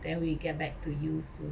then we get back to you soon